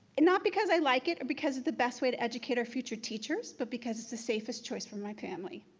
and not because i like it or because it's the best way to educate our future teachers, but because it's the safest choice for my family.